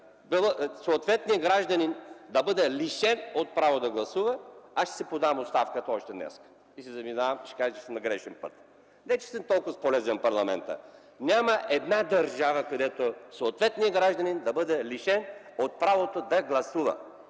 съответният гражданин да бъде лишен от право да гласува, аз ще си подам още днес оставката и си заминавам, и ще кажете, че съм на грешен път. Не че съм толкова полезен в парламента. Няма държава, където съответният гражданин да бъде лишен от правото да гласува.